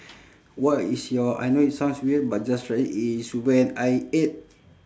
what is your I know it sounds weird but just try it is when I ate